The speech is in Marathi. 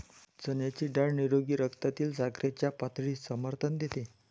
चण्याची डाळ निरोगी रक्तातील साखरेच्या पातळीस समर्थन देते